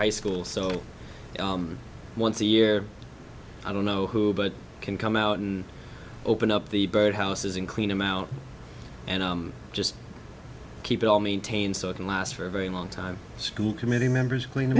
high school so once a year i don't know who can come out and open up the bird houses and clean them out and just keep it all maintained so it can last for a very long time school committee members clean